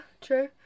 true